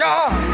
God